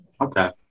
Okay